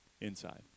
inside